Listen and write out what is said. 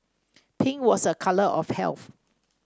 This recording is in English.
pink was a colour of health